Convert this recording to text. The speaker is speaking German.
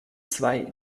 zwei